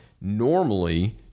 normally